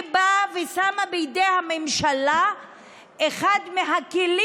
אני באה ושמה בידי הממשלה את אחד הכלים